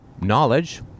knowledge